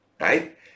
right